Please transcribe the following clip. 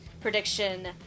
prediction